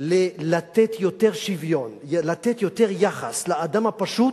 לתת יותר שוויון, לתת יותר יחס לאדם הפשוט.